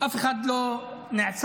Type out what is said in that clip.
אף אחד לא נעצר.